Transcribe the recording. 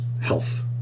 health